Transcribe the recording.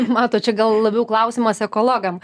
matot čia gal labiau klausimas ekologam